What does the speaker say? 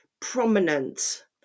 prominent